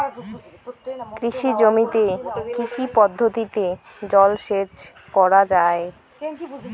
কৃষি জমিতে কি কি পদ্ধতিতে জলসেচ করা য়ায়?